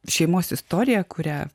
šeimos istorija kuria